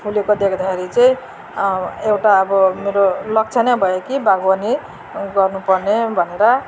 फुलेको देख्दाखेरि चाहिँ एउटा अब मेरो लक्ष्य नै भयो कि बागवानी गर्नुपर्ने भनेर